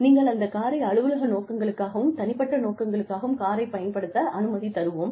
நீங்கள் அந்த காரை அலுவலக நோக்கங்களுக்காகவும் தனிப்பட்ட நோக்கங்களுக்காகவும் காரை பயன்படுத்த அனுமதி தருவோம்